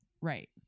right